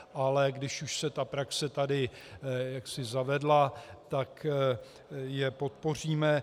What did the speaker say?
Ale když už se ta praxe tady jaksi zavedla, tak je podpoříme.